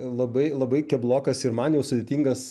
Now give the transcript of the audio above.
labai labai keblokas ir man jau sudėtingas